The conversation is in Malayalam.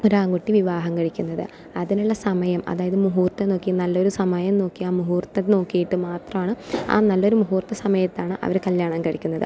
ഒരാൺകുട്ടി വിവാഹം കഴിക്കുന്നത് അതിനുള്ള സമയം അതായത് മുഹൂർത്തം നോക്കി നല്ലൊരു സമയം നോക്കി ആ മുഹൂർത്തം നോക്കിയിട്ട് മാത്രമാണ് ആ നല്ലൊരു മുഹൂർത്ത സമയത്താണ് അവർ കല്യാണം കഴിക്കുന്നത്